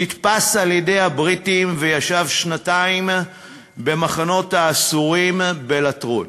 נתפס על-ידי הבריטים וישב שנתיים במחנות האסורים בלטרון.